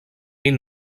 est